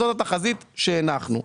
זאת התחזית שהנחנו.